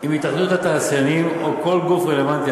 עם התאחדות התעשיינים או עם כל גוף רלוונטי